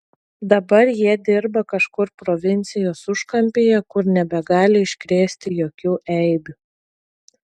dabar jie dirba kažkur provincijos užkampyje kur nebegali iškrėsti jokių eibių